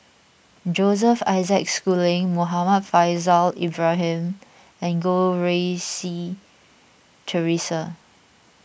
Joseph Isaac Schooling Muhammad Faishal Ibrahim and Goh Rui Si theresa